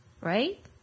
right